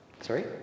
Sorry